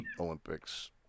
Olympics